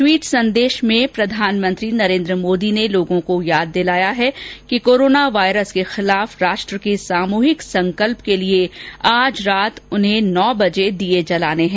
tweet संदेश में प्रधानमंत्री मोदी ने लोगों को याद दिलाया है कि कोरोना वायरस के खिलाफ राष्ट्र के सामूहिक संकल्प के लिए आज रात नौ बजे उन्हें दीये जलाने हैं